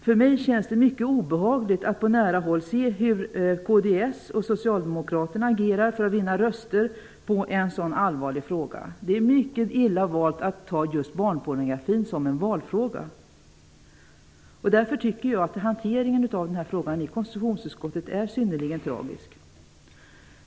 För mig känns det mycket obehagligt att på nära håll se hur kds och socialdemokraterna agerar för att vinna röster på en så allvarlig fråga. Det är mycket illa valt att ta just barnpornografin som en valfråga. Därför tycker jag att hanteringen av den här frågan i konstitutionsutskottet är synnerligen tragisk.